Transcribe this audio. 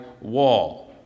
wall